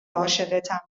عاشقتم